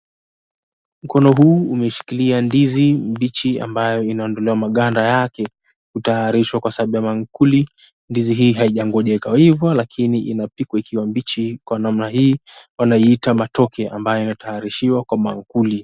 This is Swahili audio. Mkono huu umeshukilia ndizi mbichi ambayo inaondolewa maganda yake. Kutayarishwa kwa sababu ya maankuli. Ndizi hii haijangojewa ikaiva, lakini inapikwa mbichi kwa namna hii wanaita matoke ambayo inatayarishiwa kwa maamkuli.